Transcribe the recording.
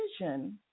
vision